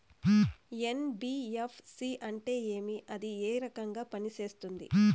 NBFC అంటే ఏమి అది ఏ రకంగా పనిసేస్తుంది